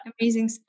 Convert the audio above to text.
Amazing